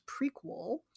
prequel